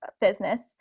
business